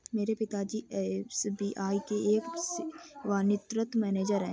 मेरे पिता जी एस.बी.आई के एक सेवानिवृत मैनेजर है